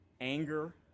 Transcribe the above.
anger